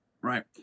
Right